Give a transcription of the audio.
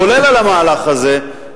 כולל על המהלך הזה,